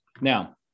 Now